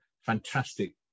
fantastic